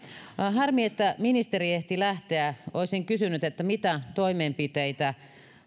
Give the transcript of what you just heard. harmi että ministeri ehti lähteä olisin kysynyt mitä toimenpiteitä